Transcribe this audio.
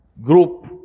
group